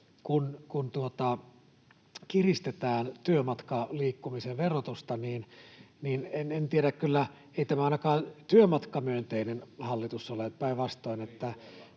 kun kiristetään työmatkaliikkumisen verotusta... En tiedä kyllä, ei tämä ainakaan työmatkamyönteinen hallitus ole — päinvastoin.